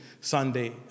Sunday